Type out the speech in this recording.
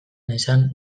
nezan